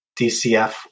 DCF